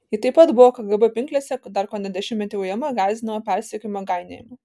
ji taip pat buvo kgb pinklėse dar kone dešimtmetį ujama gąsdinama persekiojama gainiojama